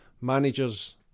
managers